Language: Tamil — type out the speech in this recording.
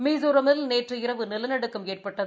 மிஷோராமில் நேற்று இரவு நிலநடுக்கம் ஏற்பட்டது